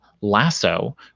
lasso